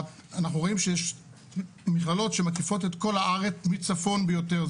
אנחנו רואים שיש מכללות שמקיפות את כל הארץ מצפון ביותר,